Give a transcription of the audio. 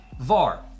VAR